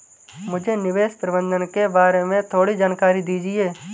मुझे निवेश प्रबंधन के बारे में थोड़ी जानकारी दीजिए